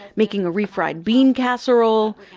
making a refried bean casserole.